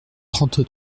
trente